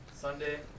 Sunday